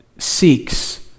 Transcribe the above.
seeks